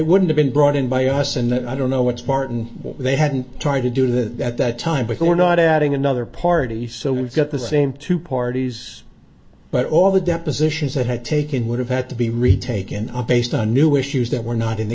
wouldn't have been brought in by us and then i don't know what spartan they hadn't tried to do that at that time because we're not adding another party so we've got the same two parties but all the depositions that had taken would have had to be retaken up based on new issues that were not in the